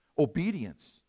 obedience